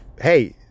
hey